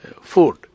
food